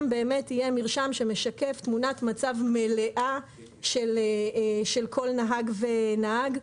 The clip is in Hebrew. ישקף תמונת מצב מלאה של כל נהג ונהג.